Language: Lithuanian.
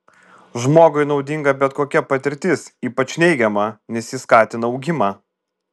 žmogui naudinga bet kokia patirtis ypač neigiama nes ji skatina augimą